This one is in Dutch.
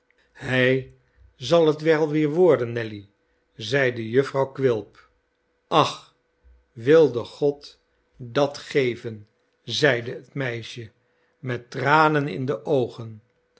hij zal het wel weer worden nelly zeide jufvrouw quilp ach wilde god dat geven zeide het meisje met tranen in de oogen